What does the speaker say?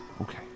Okay